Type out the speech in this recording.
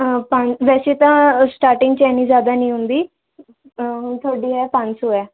ਪੰਜ ਵੈਸੇ ਤਾਂ ਸਟਾਰਟਿੰਗ 'ਚ ਐਨੀ ਜ਼ਿਆਦਾ ਨਹੀਂ ਹੁੰਦੀ ਥੋੜੀ ਹੈ ਪੰਜ ਸੌ ਹੈ